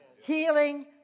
healing